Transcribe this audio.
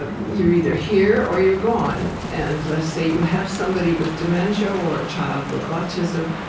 ah you're either here or you're gone. and let's say you have somebody with dementia or a child with autism,